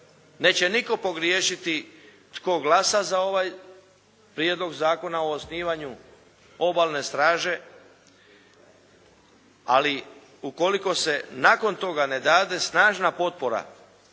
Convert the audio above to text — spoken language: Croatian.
Neće nitko pogriješiti tko glasa za ovaj Prijedlog zakona o osnivanju obalne straže. Ali ukoliko se nakon toga ne dade snažna potpora